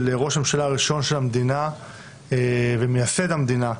ראש הממשלה הראשון של המדינה ומייסד המדינה,